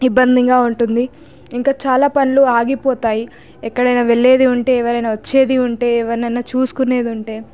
ఇబ్బందిగా ఉంటుంది ఇంకా చాలా పనులు ఆగిపోతాయి ఎక్కడైనా వెళ్ళేది ఉంటే ఎవరైనా వచ్చేది ఉంటే ఎవరినన్నా చూసుకునేది ఉంటే